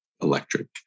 electric